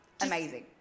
amazing